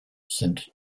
saint